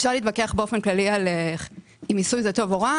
אפשר להתווכח באופן כללי אם מיסוי זה טוב או רע,